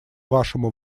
вашему